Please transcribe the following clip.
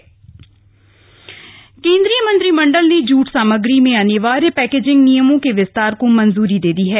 केंद्रीय कैबिनेट केंद्रीय मंत्रिमंडल ने जूट सामग्री में अनिवार्य पैकेजिंग नियमों के विस्तार को मंजूरी दी है